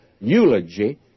eulogy